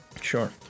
Sure